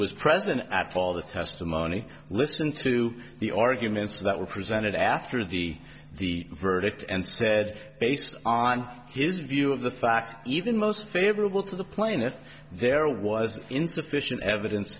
was present at all the testimony listened to the arguments that were presented after the the verdict and said based on his view of the facts even most favorable to the plane if there was insufficient evidence